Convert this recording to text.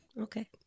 Okay